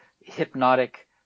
hypnotic